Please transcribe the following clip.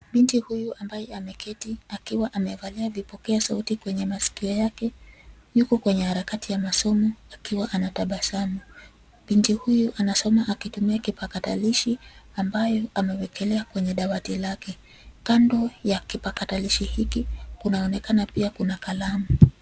Binti huyu ambaye ameketi akiwa amevalia vipokea sauti kwenye masikio yake yuko kwenye harakati ya masomo akiwa anatabasamu. Binti huyu anasoma akitumia kipakatalishi ambayo amewekelea kwenye dawati lake, kando ya kipakatalishi hiki kunaonekana pia kuna kalamu.